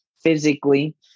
physically